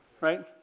Right